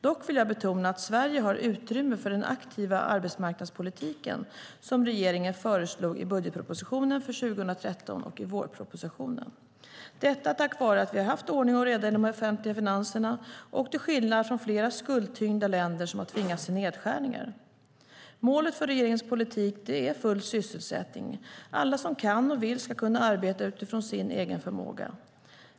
Dock vill jag betona att Sverige har utrymme för den aktiva arbetsmarknadspolitik som regeringen föreslog i budgetpropositionen för 2013 och i vårpropositionen, detta tack vare att vi, till skillnad från flera skuldtyngda länder som tvingas till nedskärningar, har haft ordning och reda i de offentliga finanserna. Målet för regeringens politik är full sysselsättning. Alla som kan och vill ska kunna arbeta utifrån sin egen förmåga.